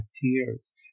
tears